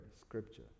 scripture